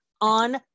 on